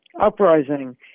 uprising